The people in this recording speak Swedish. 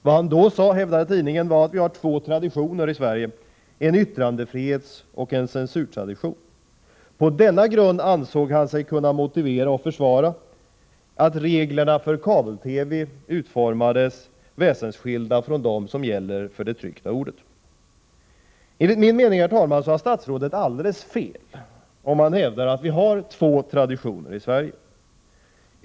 Vad han då enligt tidningen sade var att vi har två traditioner i Sverige, en yttrandefrihetstradition och en censurtradition. På denna grund ansåg han sig kunna motivera och försvara att reglerna för kabel-TV utformades väsensskilda från dem som gäller för det tryckta ordet. Enligt min mening, herr talman, har statsrådet alldeles fel om han hävdar att vi har två traditioner i Sverige.